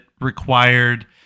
required